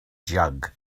jug